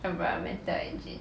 environmental energy